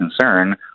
concern